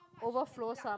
overflow some